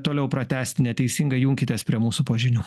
toliau pratęsti neteisingai junkitės prie mūsų po žinių